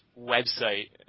website